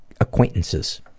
acquaintances